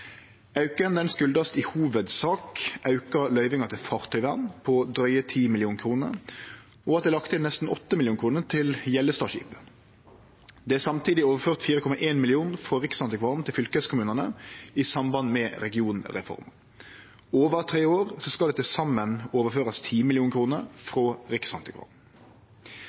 i hovudsak av auka løyve til fartøyvern på drygt 10 mill. kr og at det er lagt inn nesten 8 mill. kr til Gjellestadskipet. Det er samtidig ført over 4,1 mill. kr frå Riksantikvaren til fylkeskommunane i samband med regionreforma. Over tre år skal det til saman førast over 10 mill. kr frå